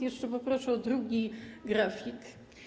Jeszcze poproszę o drugą grafikę.